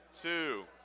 two